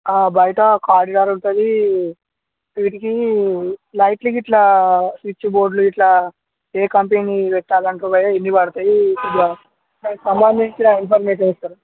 బయట కారిడార్ ఉంటుంది వీటికి లైట్లు గిట్ల స్విచ్ బోర్డులు గిట్ల ఏ కంపెనీవి పెట్టాలి అంటారు భయ్యా ఎన్ని పడతాయి కొద్దిగా దానికి సంబంధించిన ఇన్ఫర్మేషన్ ఇస్తారా